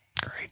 Great